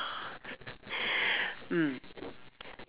mm